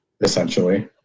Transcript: essentially